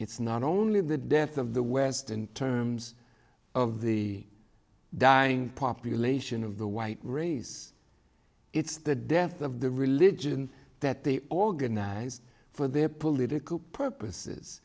it's not only the death of the west in terms of the dying population of the white race it's the death of the religion that the organized for their political purposes